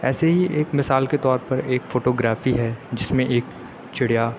ایسے ہی ایک مِثال كے طور پر ایک فوٹو گرافی ہے جس میں ایک چڑیا